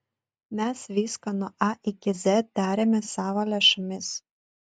mes viską nuo a iki z darėme savo lėšomis